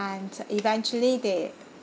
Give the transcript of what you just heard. and eventually they